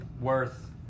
worth